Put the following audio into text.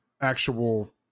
actual